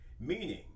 Meaning